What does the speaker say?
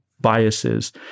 biases